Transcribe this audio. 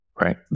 Right